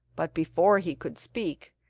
but before he could speak,